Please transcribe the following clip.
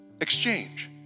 Exchange